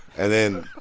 and then.